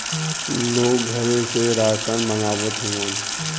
लोग घरे से रासन मंगवावत हउवन